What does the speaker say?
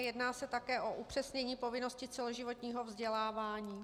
Jedná se také o upřesnění povinnosti celoživotního vzdělávání.